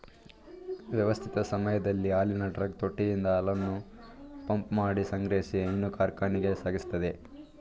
ವ್ಯವಸ್ಥಿತ ಸಮಯದಲ್ಲಿ ಹಾಲಿನ ಟ್ರಕ್ ತೊಟ್ಟಿಯಿಂದ ಹಾಲನ್ನು ಪಂಪ್ಮಾಡಿ ಸಂಗ್ರಹಿಸಿ ಹೈನು ಕಾರ್ಖಾನೆಗೆ ಸಾಗಿಸ್ತದೆ